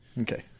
Okay